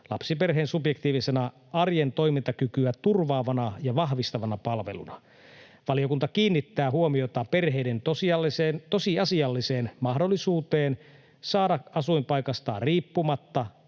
lapsiperheen subjektiivisena arjen toimintakykyä turvaavana ja vahvistavana palveluna. Valiokunta kiinnittää huomiota perheiden tosiasialliseen mahdollisuuteen saada asuinpaikastaan riippumatta